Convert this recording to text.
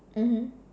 mmhmm